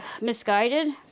misguided